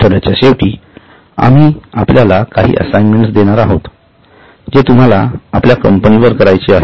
आठवड्याच्या शेवटी आम्ही आपल्याला काही असाइनमेंट्स देणारआहे जे तुम्हाला आपल्या कंपनीवर करायचे आहेत